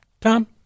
Tom